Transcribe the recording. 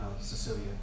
Cecilia